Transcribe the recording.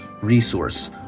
resource